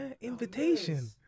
Invitation